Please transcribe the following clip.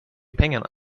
pengarna